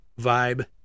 vibe